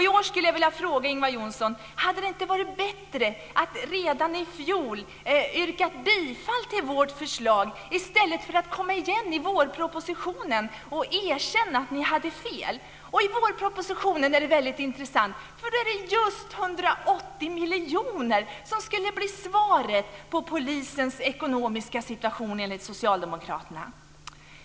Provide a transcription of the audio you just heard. I år skulle jag vilja fråga Ingvar Johnsson: Hade det inte varit bättre att redan i fjol ha yrkat bifall till vårt förslag i stället för att komma igen i vårpropositionen och erkänna att ni hade fel? Det är intressant att i vårpropositionen blev 180 miljoner svaret på polisens ekonomiska situation enligt socialdemokraterna.